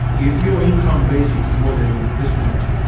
if your income base is more than this much,